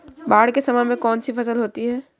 बाढ़ के समय में कौन सी फसल होती है?